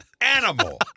animal